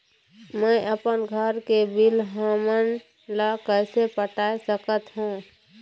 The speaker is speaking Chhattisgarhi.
मैं अपन घर के बिल हमन ला कैसे पटाए सकत हो?